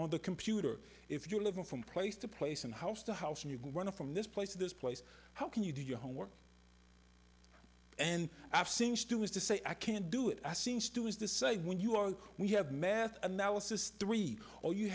on the computer if you're living from place to place and house to house and you can run from this place to this place how can you do your homework and i've seen students to say i can't do it i seem to do is the same when you are we have math analysis three or you